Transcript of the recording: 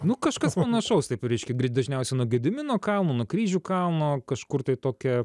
nu kažkas panašaus taip reiškia dažniausia nuo gedimino kalno nuo kryžių kalno kažkur tai tokia